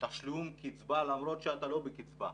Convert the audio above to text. תשלום קצבה למרות שאתה לא בקצבה,